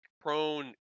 prone